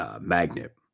Magnet